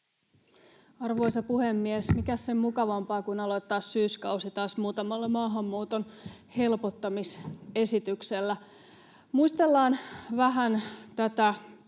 Arvoisa puhemies! Mikäs sen mukavampaa kuin aloittaa syyskausi taas muutamalla maahanmuuton helpottamisesityksellä. Muistellaan vähän tätä